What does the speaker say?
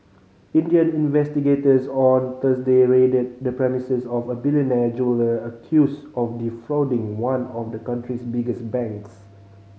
Indian investigators on Thursday raided the premises of a billionaire jeweller accused of defrauding one of the country's biggest banks